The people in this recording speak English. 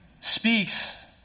speaks